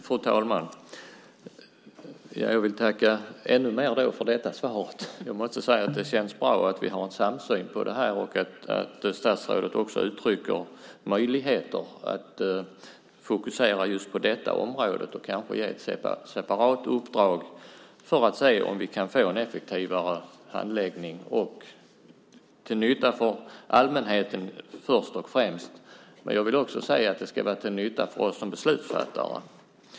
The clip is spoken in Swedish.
Fru talman! Jag vill tacka ännu mer för detta svar! Jag måste säga att det känns bra att vi har en samsyn vad gäller detta och att statsrådet också uttrycker möjligheter att fokusera på detta område och kanske ge ett separat uppdrag för att se om vi kan få en effektivare handläggning. Detta skulle kunna vara till nytta för allmänheten först och främst, men det skulle också vara till nytta för oss som beslutsfattare.